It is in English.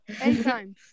Anytime